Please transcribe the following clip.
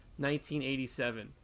1987